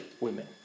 women